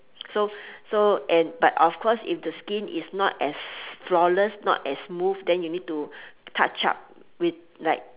so so and but of course if the skin is not as flawless not as smooth then you need to touch up with like